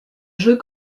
jeu